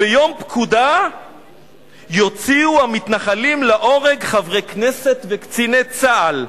ביום פקודה יוציאו המתנחלים להורג חברי כנסת וקציני צה"ל.